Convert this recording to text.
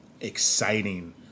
exciting